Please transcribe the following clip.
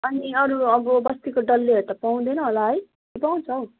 अनि अरू अब बस्तीको डल्लेहरू त पाउँदैन होला है कि पाउँछ हो